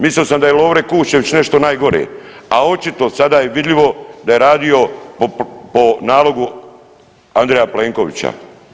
Mislio sam da je Lovre Kuščević nešto najgore, a očito sada je vidljivo da je radio po nalogu Andreja Plenkovića.